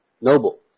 Noble